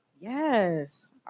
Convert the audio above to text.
Yes